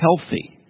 healthy